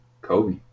Kobe